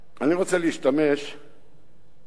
אני רוצה להשתמש במטאפורה: